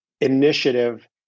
initiative